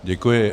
Děkuji.